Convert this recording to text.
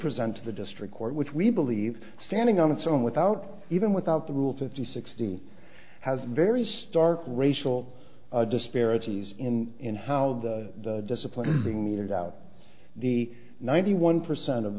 present to the district court which we believe standing on its own without even without the rule fifty sixty has a very stark racial disparities in in how the discipline being meted out the ninety one percent of